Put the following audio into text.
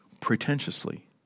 pretentiously